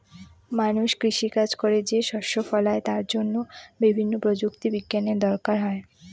মানুষ কৃষি কাজ করে যে শস্য ফলায় তার জন্য বিভিন্ন প্রযুক্তি বিজ্ঞানের দরকার হয়